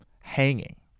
hanging